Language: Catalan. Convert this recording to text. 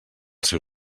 seu